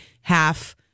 half